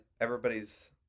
everybody's